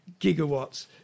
gigawatts